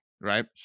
right